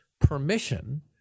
permission